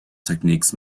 techniques